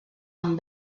amb